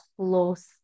close